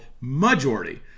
majority